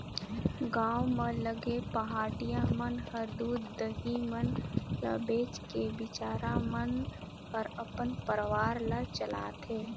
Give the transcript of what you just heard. गांव म लगे पहाटिया मन ह दूद, दही मन ल बेच के बिचारा मन हर अपन परवार ल चलाथे